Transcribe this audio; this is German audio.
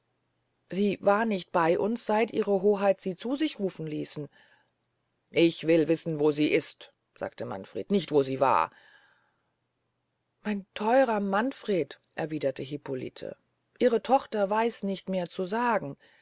sie war nicht bey uns seit ihre hoheit sie zu sich rufen ließen ich will wissen wo sie ist sagte manfred nicht wo sie war mein theurer manfred erwiederte hippolite ihre tochter weiß nicht mehr zu sagen